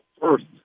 First